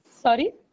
Sorry